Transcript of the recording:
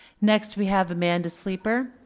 next we have amanda sleeper.